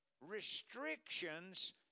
restrictions